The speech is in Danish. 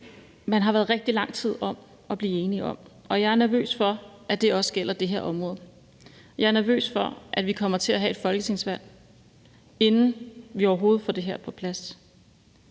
man har været rigtig lang tid at blive enige om, og jeg er nervøs for, at det også gælder det her område. Jeg er nervøs for, at vi kommer til at have et folketingsvalg, inden vi overhovedet får det her på plads.